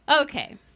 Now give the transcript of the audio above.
Okay